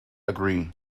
agree